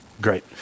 Great